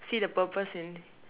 see the purpose in